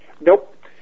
Nope